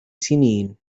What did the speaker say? سنين